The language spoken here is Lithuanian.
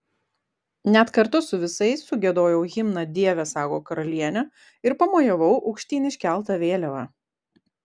net kartu su visais sugiedojau himną dieve saugok karalienę ir pamojavau aukštyn iškelta vėliava